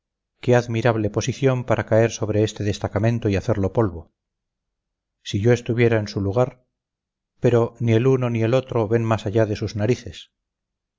qué admirable posición para caer sobre este destacamento y hacerlo polvo si yo estuviera en su lugar pero ni el uno ni el otro ven más allá de sus narices